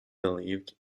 believed